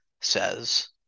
says